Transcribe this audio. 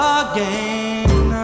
again